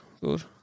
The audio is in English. good